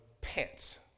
pants